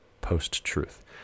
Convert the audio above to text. post-truth